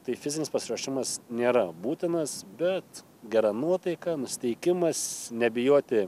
tai fizinis pasiruošimas nėra būtinas bet gera nuotaika nusiteikimas nebijoti